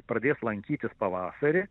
pradės lankytis pavasarį